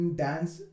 dance